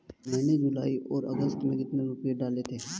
मैंने जुलाई और अगस्त में कितने रुपये डाले थे?